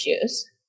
issues